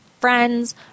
friends